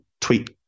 tweet